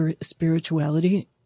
spirituality